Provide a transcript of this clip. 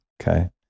Okay